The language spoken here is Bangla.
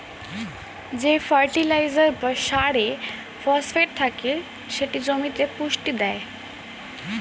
যে ফার্টিলাইজার বা সারে ফসফেট থাকে সেটি জমিতে পুষ্টি দেয়